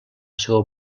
seua